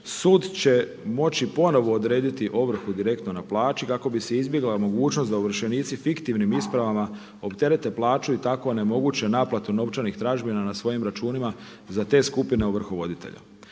sud će moći ponovno odrediti ovrhu direktno na plaći kako bi se izbjegla mogućnost da ovršenici fiktivnim ispravama opterete plaću i tako onemoguće naplatu novčanih tražbina na svojim računima za te skupine ovrhovoditelja.